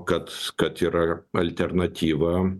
kad kad yra alternatyva